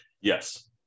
yes